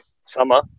summer